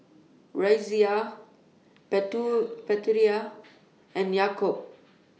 Raisya Putera and Yaakob